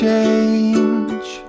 Change